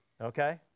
Okay